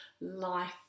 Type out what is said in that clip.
life